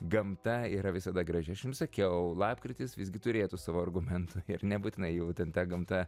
gamta yra visada graži aš jum sakiau lapkritis visgi turėtų savo argumentų ir nebūtinai jau ten ta gamta